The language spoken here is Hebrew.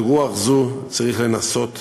ברוח זו צריך לנסות ולהמשיך.